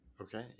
Okay